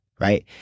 right